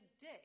day